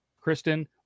Kristen